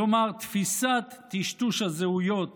כלומר תפיסת טשטוש הזהויות